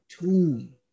tune